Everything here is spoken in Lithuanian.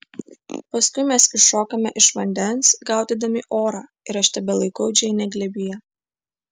paskui mes iššokame iš vandens gaudydami orą ir aš tebelaikau džeinę glėbyje